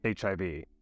HIV